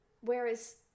whereas